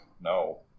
No